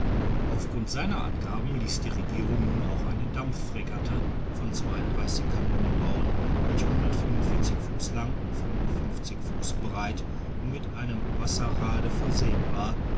auf grund seiner angaben ließ die regierung nun auch eine dampffregatte von kanonen bauen welche fuß lang fuß breit und mit einem wasserrade versehen war